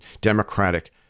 democratic